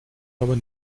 aber